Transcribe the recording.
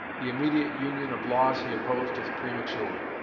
the immediate union of laws he opposed as premature.